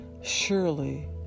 Surely